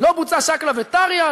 לא נערכה שקלא וטריא,